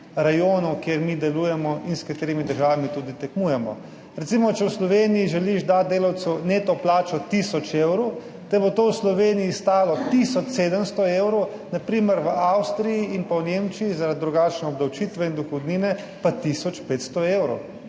kjer mi delujemo in s katerimi državami tudi tekmujemo. Recimo, če v Sloveniji želiš dati delavcu neto plačo tisoč evrov, te bo to v Sloveniji stalo tisoč 700 evrov, na primer v Avstriji in pa v Nemčiji zaradi drugačne obdavčitve in dohodnine pa tisoč 500 evrov.